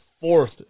fourth